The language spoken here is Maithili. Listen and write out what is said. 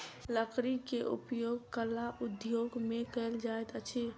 लकड़ी के उपयोग कला उद्योग में कयल जाइत अछि